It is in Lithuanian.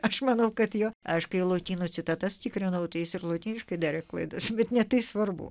aš manau kad jo aiškiai lotynų citatas tikrinau teis ir lotyniškai dariau klaidas bet ne tai svarbu